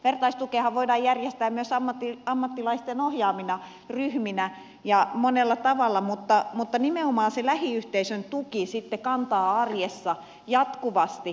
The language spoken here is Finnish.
vertaistukeahan voidaan järjestää myös ammattilaisten ohjaamana ryhminä ja monella tavalla mutta nimenomaan se lähiyhteisön tuki sitten kantaa arjessa jatkuvasti